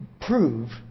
prove